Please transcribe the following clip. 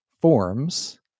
forms